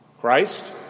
Christ